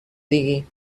digui